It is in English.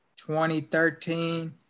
2013